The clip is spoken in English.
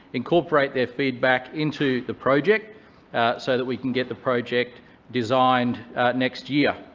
incorporate their feedback into the project so that we can get the project designed next year.